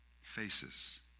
Faces